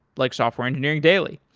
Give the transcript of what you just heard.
like software engineering daily.